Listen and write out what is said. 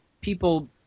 people